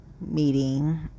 Meeting